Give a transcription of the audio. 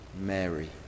Mary